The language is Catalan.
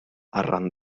arran